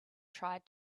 tried